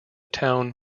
town